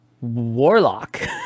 Warlock